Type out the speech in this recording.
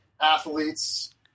athletes